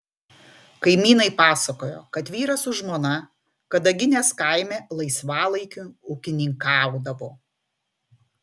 kaimynai pasakojo kad vyras su žmona kadaginės kaime laisvalaikiu ūkininkaudavo